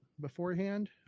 beforehand